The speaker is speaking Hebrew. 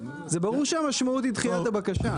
זה ברור שהמשמעות היא דחיית הבקשה.